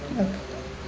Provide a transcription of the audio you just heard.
uh